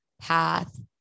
path